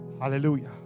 Hallelujah